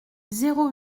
zéro